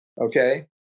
okay